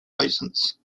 licence